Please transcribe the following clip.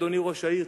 אדוני ראש העיר,